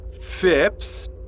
Phipps